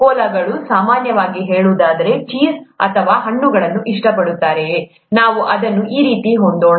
ಕೋಲಾಗಳು ಸಾಮಾನ್ಯವಾಗಿ ಹೇಳುವುದಾದರೆ ಚೀಸ್ ಅಥವಾ ಹಣ್ಣನ್ನು ಇಷ್ಟಪಡುತ್ತಾರೆಯೇ ನಾವು ಅದನ್ನು ಆ ರೀತಿಯಲ್ಲಿ ಹೊಂದೋಣ